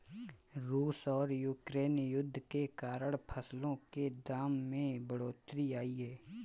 रूस और यूक्रेन युद्ध के कारण फसलों के दाम में बढ़ोतरी आई है